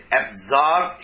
absorb